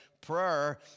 prayer